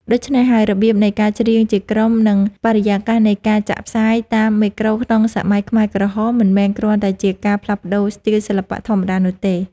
ដូច្នេះហើយ របៀបនៃការច្រៀងជាក្រុម និងបរិយាកាសនៃការចាក់ផ្សាយតាមមេក្រូក្នុងសម័យខ្មែរក្រហម មិនមែនគ្រាន់តែជាការផ្លាស់ប្តូរស្ទីលសិល្បៈធម្មតានោះទេ